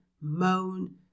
moan